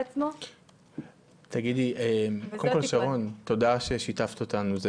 תודה ששיתפת אותנו.